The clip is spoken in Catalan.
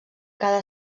cada